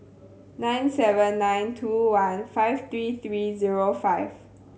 nine seven nine two one five three three zero five